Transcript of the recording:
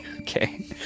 Okay